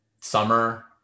summer